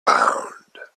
bound